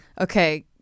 Okay